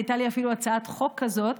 הייתה אפילו הצעת חוק כזאת,